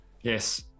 Yes